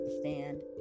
Stand